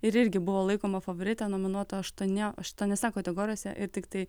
ir irgi buvo laikoma favorite nominuota aštuonie aštoniuose kategorijose ir tiktai